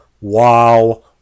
Wow